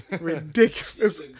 ridiculous